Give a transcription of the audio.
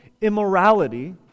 immorality